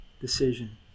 decision